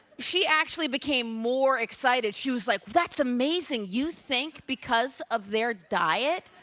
she actually became more excited. she was like, that's amazing. you think because of their diet